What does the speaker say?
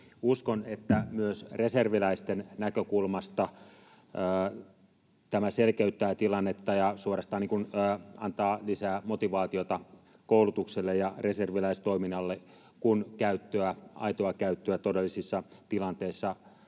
Uskon, että myös reserviläisten näkökulmasta tämä selkeyttää tilannetta ja suorastaan antaa lisää motivaatiota koulutukselle ja reserviläistoiminnalle, kun voi olla suuremmalla